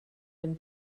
den